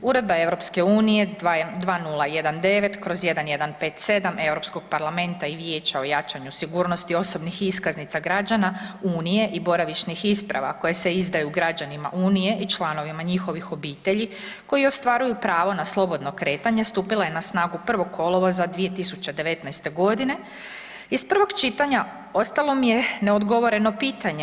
Uredba EU 2019/1157 Europskog parlamenta i Vijeća o jačanju sigurnosti osobnih iskaznica građana Unije i boravišnih isprava koje se izdaju građanima Unije i članovima njihovih obitelji koji ostvaraju pravo na slobodno kretanje stupila je na snagu 1. kolovoza 2019.g. Iz prvog čitanja ostalo mi je neodgovoreno pitanje.